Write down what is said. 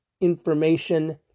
information